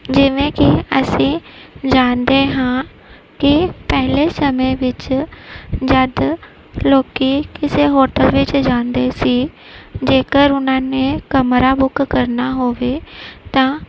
ਜਿਵੇਂ ਕਿ ਅਸੀਂ ਜਾਣਦੇ ਹਾਂ ਕਿ ਪਹਿਲੇ ਸਮੇਂ ਵਿੱਚ ਜਦੋਂ ਲੋਕ ਕਿਸੇ ਹੋਟਲ ਵਿੱਚ ਜਾਂਦੇ ਸੀ ਜੇਕਰ ਉਹਨਾਂ ਨੇ ਕਮਰਾ ਬੁੱਕ ਕਰਨਾ ਹੋਵੇ ਤਾਂ